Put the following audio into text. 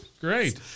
Great